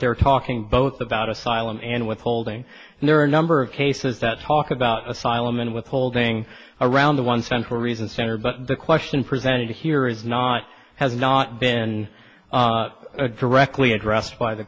they're talking both about asylum and withholding and there are a number of cases that talk about asylum and withholding around the one central reason center but the question presented here is not has not been a directly addressed by the